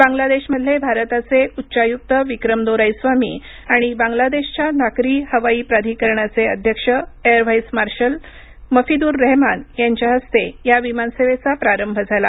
बांगलादेशमधले भारताचे उच्चायुक्त विक्रम दोराईस्वामी आणि बंगालदेशच्या नागरी हवाई प्राधिकरणाचे अध्यक्ष air vice marshal Mafidur Rahman यांच्या हस्ते या विमान सेवेचा प्रारंभ झाला